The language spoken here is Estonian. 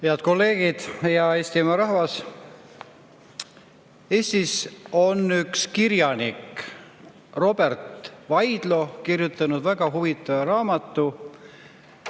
Head kolleegid! Hea Eestimaa rahvas! Eestis on üks kirjanik, Robert Vaidlo kirjutanud väga huvitava raamatu